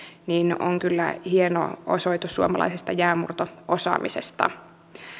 on kyllä hieno osoitus suomalaisesta jäänmurto osaamisesta